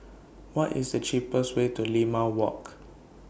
What IS The cheapest Way to Limau Walk